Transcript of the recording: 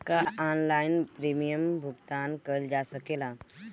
का online premium भुगतान कईल जा सकेला?